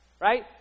Right